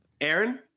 Aaron